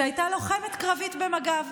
שהייתה לוחמת קרבית במג"ב,